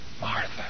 Martha